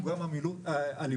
גם בכוח